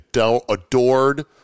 adored